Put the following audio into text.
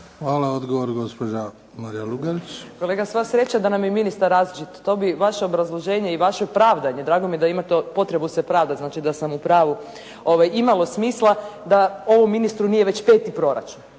Lugarić. **Lugarić, Marija (SDP)** Kolega, sva sreća da nam je ministar različit. To bi vaše obrazloženje i vaše pravdanje, drago mi je da imate potrebu se pravdati, znači da sam u pravu, imalo smisla da ovom ministru nije već peti proračun.